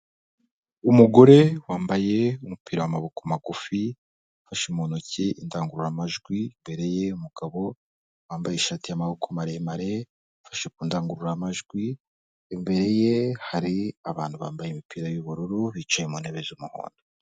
Umugore wambaye umupira amaboko magufi afashe mu ntoki indangururamajwi imbere ya umugabo wambaye ishati y'amaboko maremare afashe ku ndangurura amajwi imbere ye hari abantu bambaye imipira y'ubururu bicaye mu ntebe z'umuhondo.